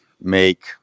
make